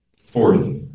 Fourth